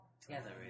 together